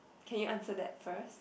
can you answer that first